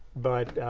but.